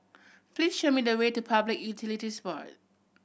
please show me the way to Public Utilities Board